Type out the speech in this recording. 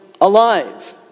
alive